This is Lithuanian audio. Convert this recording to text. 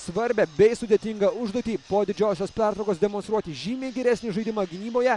svarbią bei sudėtingą užduotį po didžiosios pertraukos demonstruoti žymiai geresnį žaidimą gynyboje